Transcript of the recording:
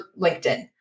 LinkedIn